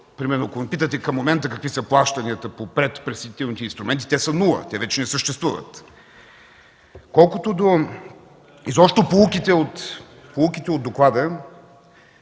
Примерно ако ме питате към момента какви са плащанията по предприсъединителните инструменти, те са нула. Те вече не съществуват. Колкото до поуките от доклада,